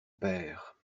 père